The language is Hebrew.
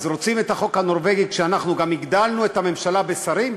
אז רוצים את החוק הנורבגי כשאנחנו גם הגדלנו את הממשלה בשרים?